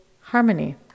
harmony